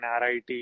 RIT